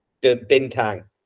Bintang